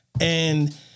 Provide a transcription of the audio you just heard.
And-